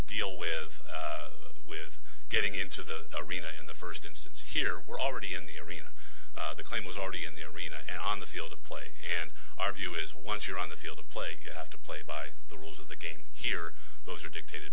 deal with with getting into the arena in the first instance here we're already in the arena the claim was already in the arena and on the field of play and our view is once you're on the field of play have to play by the rules of the game here those are dictated